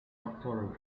doctoral